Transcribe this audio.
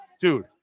Dude